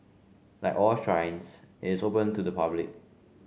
like all shrines it's open to the public